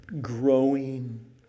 growing